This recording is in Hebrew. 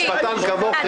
משפטן כמוך,